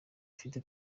afite